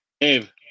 Dave